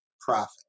profit